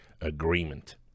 agreement